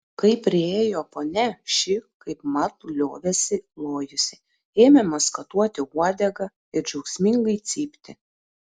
kai priėjo ponia ši kaipmat liovėsi lojusi ėmė maskatuoti uodegą ir džiaugsmingai cypti